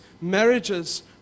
marriages